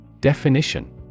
Definition